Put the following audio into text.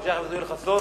בבקשה, חבר הכנסת חסון.